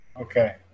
Okay